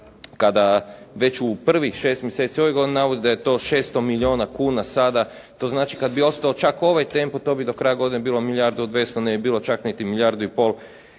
kada već u prvih šest mjeseci ove godine navodi da je to 600 milijuna kuna sada, to znači kad bi ostao čak ovaj tempo to bi do kraja godine bilo milijardu 200, ne bi bilo čak niti milijardu i pol.